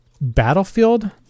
Battlefield